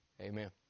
Amen